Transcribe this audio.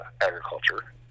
agriculture